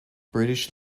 british